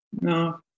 no